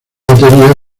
batería